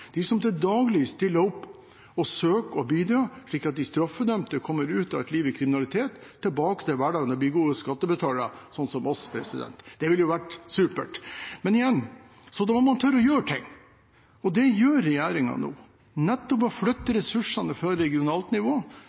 de som til daglig stiller opp og søker å bidra, slik at de straffedømte kommer ut av et liv i kriminalitet og tilbake til hverdagen og blir gode skattebetalere, slik som oss. Det ville vært supert. Men igjen: Man må tørre å gjøre ting, og det gjør regjeringen nå. Ved nettopp å flytte ressursene fra regionalt nivå